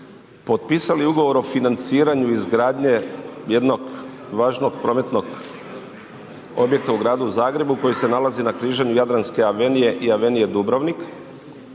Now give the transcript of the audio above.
potpisali ugovor o financiranju i izgradnje, jednog važnog prometnog objekta u Gradu Zagrebu, koji se nalazi na križanju Jadranske avenije i Avenije Dubrovnik,